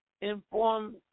informed